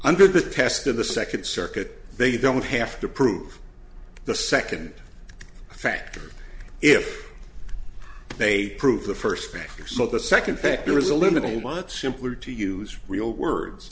under the test in the second circuit they don't have to prove the second factor if they prove the first day or so the second factor is eliminated much simpler to use real words